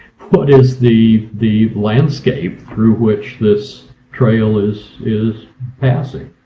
but is the the landscape through which this trail is is passing?